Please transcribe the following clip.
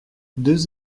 deux